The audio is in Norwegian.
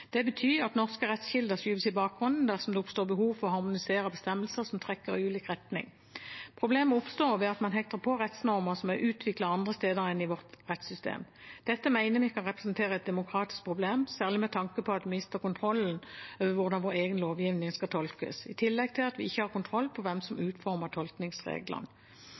Det betyr at norske rettskilder skyves i bakgrunnen dersom det oppstår behov for å harmonisere bestemmelser som trekker i ulik retning. Problemet oppstår ved at man hekter på rettsnormer som er utviklet andre steder enn i vårt rettssystem. Dette mener vi kan representere et demokratisk problem, særlig med tanke på at vi mister kontrollen over hvordan vår egen lovgivning skal tolkes, i tillegg til at vi ikke har kontroll på hvem som utformer tolkningsreglene.